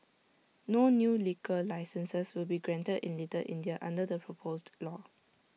no new liquor licences will be granted in little India under the proposed law